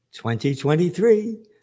2023